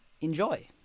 enjoy